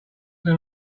from